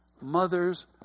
mothers